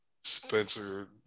Spencer